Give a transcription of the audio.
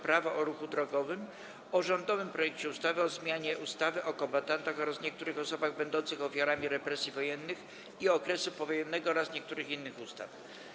Prawo o ruchu drogowym, - o rządowym projekcie ustawy o zmianie ustawy o kombatantach oraz niektórych osobach będących ofiarami represji wojennych i okresu powojennego oraz niektórych innych ustaw.